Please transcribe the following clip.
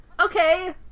Okay